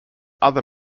other